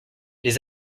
les